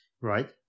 right